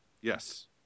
Yes